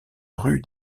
rue